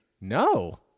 No